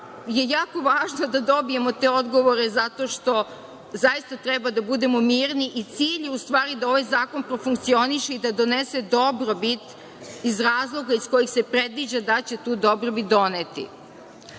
je jako važno da dobijemo te odgovore zato što, zaista treba da budemo mirni. Cilj je u stvari, da ovaj zakon profunkcioniše i da donese dobrobit, iz razloga iz kojih se predviđa da će tu dobrobit doneti. Kada